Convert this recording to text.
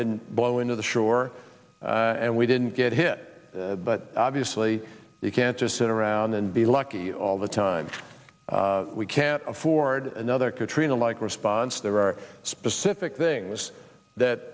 didn't blow into the shore and we didn't get hit but obviously you can't just sit around and be lucky all the time we can't afford another katrina like response there are specific things that